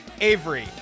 Avery